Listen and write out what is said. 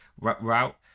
route